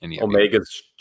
Omega's